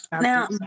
now